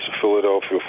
Philadelphia